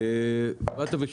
אמרת לי: